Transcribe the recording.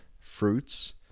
fruits